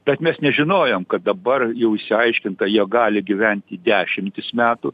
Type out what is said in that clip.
bet mes nežinojom kad dabar jau išsiaiškinta jog gali gyventi dešimtis metų